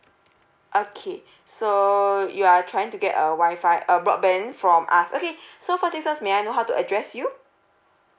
okay so you are trying to get a wi-fi a broadband from us okay so first thing first may I know how to address you